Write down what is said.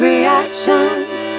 Reactions